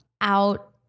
out